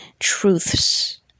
truths